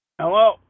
Hello